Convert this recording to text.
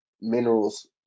minerals